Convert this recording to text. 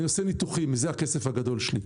הוא עושה ניתוחים לבעלי חיים ומזה הכסף הגדול שלו,